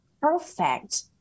perfect